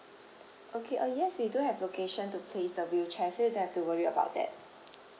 okay uh yes we do have location to place the wheelchair so you don't have to worry about that